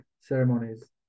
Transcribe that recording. ceremonies